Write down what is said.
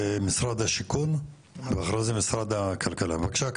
כן, בבקשה.